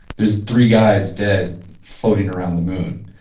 there's three guys dead floating around the moon.